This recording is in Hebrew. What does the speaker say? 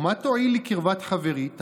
ומה תועיל לי קרבת חברי?